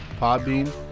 Podbean